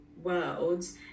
worlds